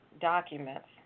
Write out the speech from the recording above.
documents